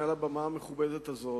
מעל הבמה המכובדת הזאת,